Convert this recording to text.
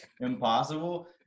impossible